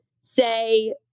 say